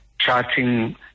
charting